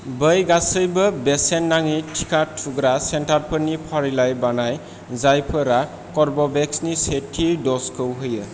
बै गासैबो बेसेन नाङि टिका थुग्रा सेन्टार फोरनि फारिलाइ बानाय जायफोरा कर्वभेक्स नि सेथि द'ज खौ होयो